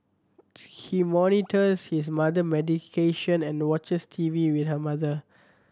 he monitors his mother medication and watches T V with her mother